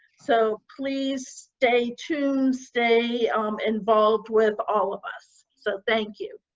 so please stay tuned. stay involved with all of us. so, thank you.